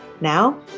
Now